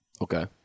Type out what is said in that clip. Okay